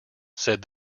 said